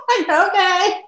Okay